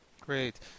Great